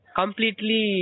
completely